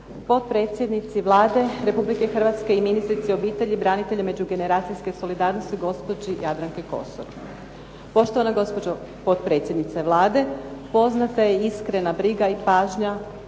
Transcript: potpredsjednici Vlade Republike Hrvatske i ministrici obitelji, branitelja, međugeneracijske solidarnosti, gospođi Jadranki Kosor. Poštovana gospođo potpredsjednice Vlade, poznata je iskrena briga i pažnja